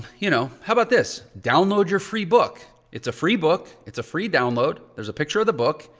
you know, how about this? download your free book. it's a free book. it's a free download. there's a picture of the book.